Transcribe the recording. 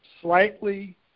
slightly